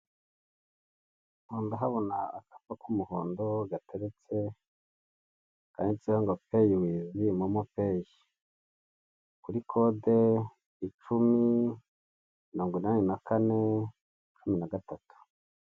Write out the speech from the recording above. Aho murahabona akapa k'umuhondo gateretse kanditseho ngo payi wivi momopeyi kuri kode icumi, mirongo inani na kane cumi na gatatu.